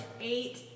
Eight